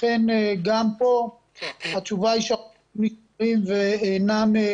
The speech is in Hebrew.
לכן גם פה התשובה היא שהחומרים נשמרים ואינם